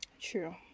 True